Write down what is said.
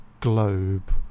globe